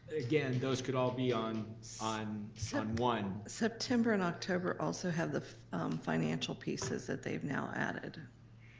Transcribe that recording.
again, those could all be on on sort of one. september and october also have the financial pieces that they've now added.